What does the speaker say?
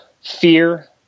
Fear